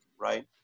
right